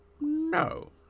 No